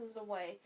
away